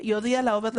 שיודיע לעובד.